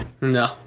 No